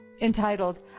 entitled